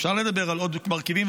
אפשר לדבר על עוד מרכיבים,